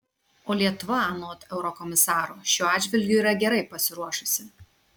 o lietuva anot eurokomisaro šiuo atžvilgiu yra gerai pasiruošusi